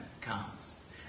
comes